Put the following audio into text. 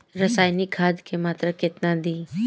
रसायनिक खाद के मात्रा केतना दी?